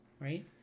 right